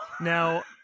now